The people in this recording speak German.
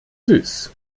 süß